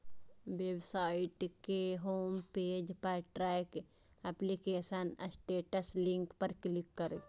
website के home page पर track application status link पर क्लिक करू